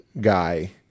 guy